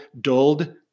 dulled